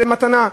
מתנה?